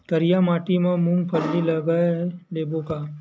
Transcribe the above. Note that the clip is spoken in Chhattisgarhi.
करिया माटी मा मूंग फल्ली लगय लेबों का?